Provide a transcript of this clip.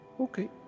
Okay